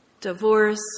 divorce